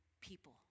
people